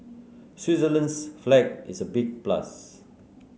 Switzerland's flag is a big plus